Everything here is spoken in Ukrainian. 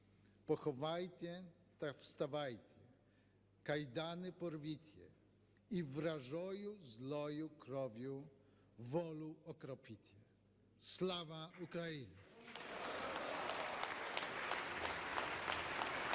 "Поховайте та вставайте, кайдани порвіте і вражою злою кров'ю волю окропіте." Слава Україні!